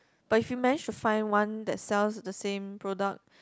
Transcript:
but if you manage to find one that sells the same product